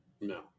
No